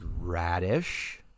radish